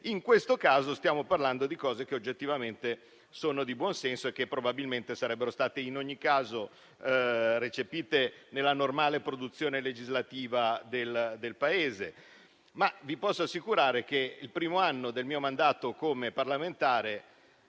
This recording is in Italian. in questo caso stiamo parlando di cose che oggettivamente sono di buon senso e che probabilmente sarebbero state in ogni caso recepite nella normale produzione legislativa del Paese. Ma vi posso assicurare che, il primo anno del mio mandato come parlamentare,